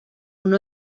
uno